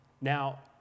Now